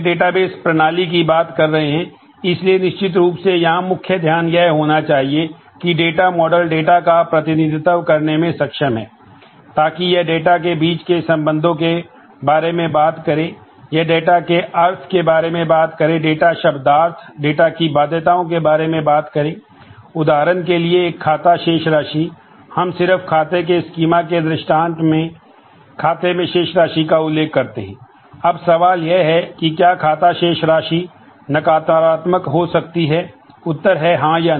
data model के दृष्टान्त में खाते में शेष राशि का उल्लेख करते हैं अब सवाल यह है कि क्या खाता शेष नकारात्मक हो सकता है उत्तर है हां या नहीं